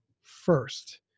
first